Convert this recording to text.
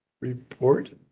report